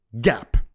gap